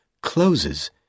closes